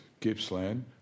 Gippsland